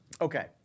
Okay